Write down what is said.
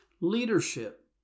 Leadership